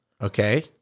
Okay